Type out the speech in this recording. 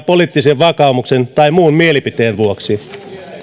poliittisen vakaumuksen tai muun mielipiteen vuoksi